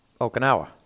Okinawa